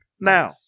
Now